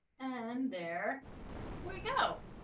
and there we go.